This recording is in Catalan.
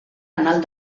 canal